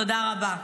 תודה רבה.